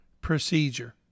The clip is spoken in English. procedure